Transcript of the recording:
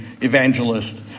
evangelist